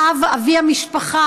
האב, אבי המשפחה,